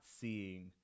seeing